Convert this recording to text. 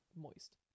Moist